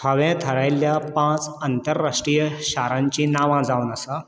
हांवें थारायल्ल्या पांच अंतर्राष्ट्रीय शारांचीं नांवां जावन आसा